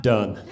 Done